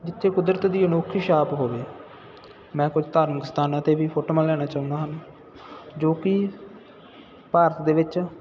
ਜਿੱਥੇ ਕੁਦਰਤ ਦੀ ਅਨੋਖੀ ਛਾਪ ਹੋਵੇ ਮੈਂ ਕੁਝ ਧਾਰਮਿਕ ਸਥਾਨਾਂ 'ਤੇ ਵੀ ਫੋਟੋਆਂ ਲੈਣਾ ਚਾਹੁੰਦਾ ਹਾ ਜੋ ਕਿ ਭਾਰਤ ਦੇ ਵਿੱਚ